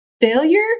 failure